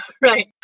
Right